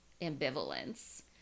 ambivalence